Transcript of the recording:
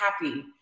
happy